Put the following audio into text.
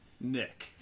Nick